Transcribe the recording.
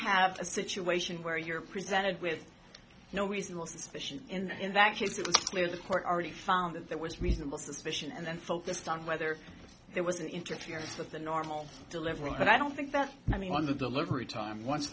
have a situation where you're presented with no reasonable suspicion and in that case it was clear the court already found that there was reasonable suspicion and then focused on whether there was an interference with the normal delivery but i don't think that anyone the delivery time once